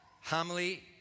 homily